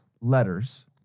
letters